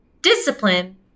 discipline